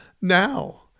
now